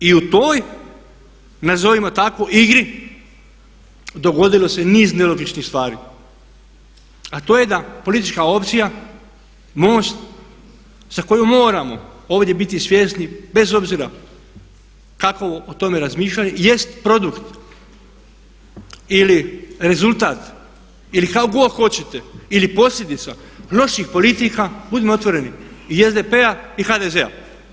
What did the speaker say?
I u toj nazovimo tako igri dogodilo se niz nelogičnih stvari, a to je da politička opcija MOST za koju moramo ovdje biti svjesni bez obzira kako o tome razmišljali jest produkt ili rezultat ili kako god hoćete ili posljedica loših politika budimo otvoreni i SDP-a i HDZ-a.